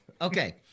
Okay